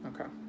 okay